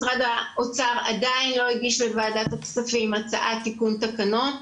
משרד האוצר עדיין לא הגיש לוועדת הכספים הצעת תיקון תקנון,